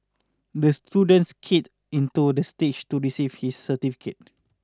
the student skated in toward the stage to receive his certificate